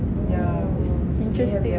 yeah it's interesting